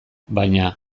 baina